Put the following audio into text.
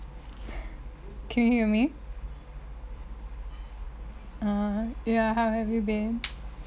can you hear me uh ya how have you been